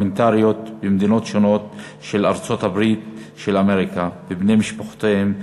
הפרלמנטריות במדינות שונות של ארצות-הברית של אמריקה ובני משפחותיהם.